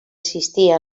assistir